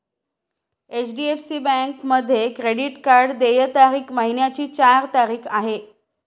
HDFC बँकेमध्ये credit card देय तारीख महिन्याची चार तारीख आहे